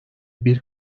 bir